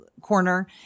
corner